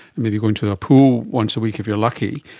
maybe going to a pool once-a-week if you're lucky,